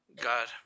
God